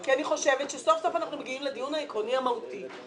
כי אני חושבת שסוף-סוף אנחנו מגיעים לדיון העקרוני המהותי.